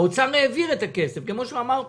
האוצר העביר את הכסף, כמו שנאמר פה,